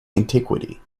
antiquity